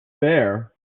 there